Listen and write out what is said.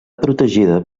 protegida